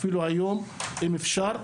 אפילו היום אם אפשר,